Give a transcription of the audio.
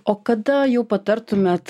o kada jau patartumėt